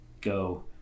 go